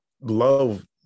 love